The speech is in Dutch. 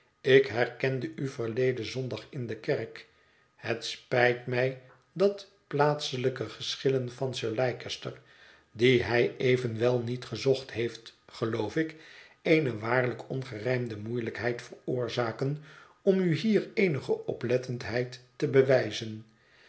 ik herkende u verleden zondag in de kerk het spijt mij dat plaatselijke geschillen van sir leicester die hij evenwel niet gezocht heeft geloof ik eene waarlijk ongerijmde moeiehjkheid veroorzaken om u hier eenige oplettendheid te bewijzen